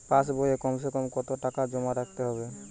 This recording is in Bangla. পাশ বইয়ে কমসেকম কত টাকা জমা রাখতে হবে?